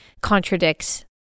contradicts